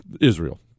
Israel